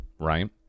right